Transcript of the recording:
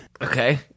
okay